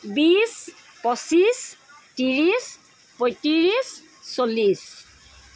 বিছ পঁচিছ ত্ৰিছ পঁয়ত্ৰিছ চল্লিছ